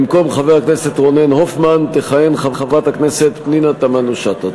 במקום חבר הכנסת רונן הופמן תכהן חברת הכנסת פנינה תמנו-שטה.